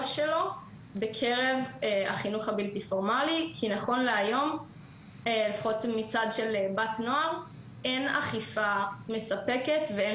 שלו בחינוך הבלתי פורמלי כי נכון להיום אין אכיפה מספקת ואין